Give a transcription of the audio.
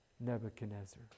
Nebuchadnezzar